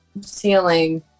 ceiling